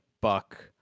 buck